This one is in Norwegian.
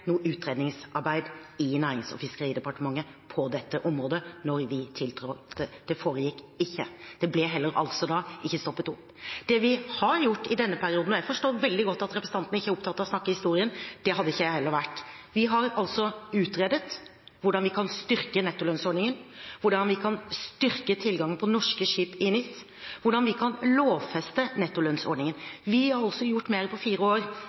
Det ble da heller ikke stoppet opp. Det vi har gjort i denne perioden – og jeg forstår veldig godt at representanten ikke er opptatt av å snakke om historien, det hadde heller ikke jeg vært – er at vi har utredet hvordan vi kan styrke nettolønnsordningen, hvordan vi kan styrke tilgangen på norske skip i NIS, hvordan vi kan lovfeste nettolønnsordningen. Vi har gjort mer på fire år